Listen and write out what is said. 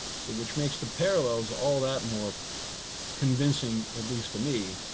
so which makes the parallels all that more convincing, at least to me.